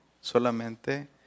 solamente